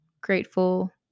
grateful